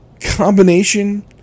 combination